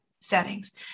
settings